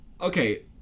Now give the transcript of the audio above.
okay